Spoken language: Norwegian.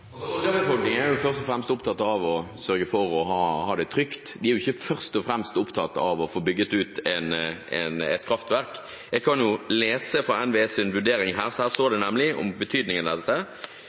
er vel først og fremst opptatt av å sørge for å ha det trygt og ikke av å få bygget ut et kraftverk. Jeg kan lese fra NVEs vurdering at der står det om betydningen av dette.